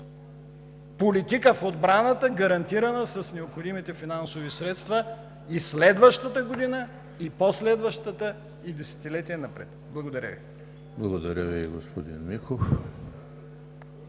политика в отбраната, гарантирана с необходимите финансови средства – и следващата година, и по-следващата, и десетилетия напред. Благодаря Ви. ПРЕДСЕДАТЕЛ ЕМИЛ ХРИСТОВ: Благодаря Ви, господин Михов.